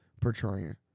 portraying